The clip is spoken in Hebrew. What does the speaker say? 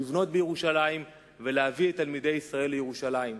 לבנות בירושלים ולהביא את תלמידי ישראל לירושלים.